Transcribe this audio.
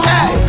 Hey